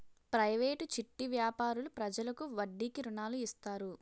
private చిట్టి వ్యాపారులు ప్రజలకు వడ్డీకి రుణాలు ఇస్తారు